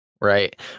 Right